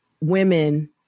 women